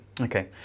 Okay